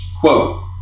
Quote